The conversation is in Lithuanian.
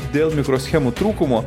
dėl mikroschemų trūkumo